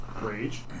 Rage